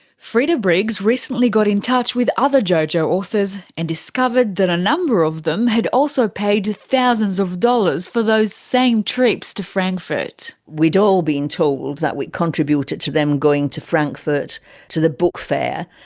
freda briggs recently got in touch with other jojo authors and discovered that a number of them had also paid thousands of dollars for those same trips to frankfurt. we'd all been told that we'd contributed to them going to frankfurt to the book fair.